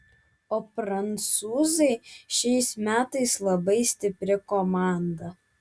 o prancūzai šiais metais labai stipri komanda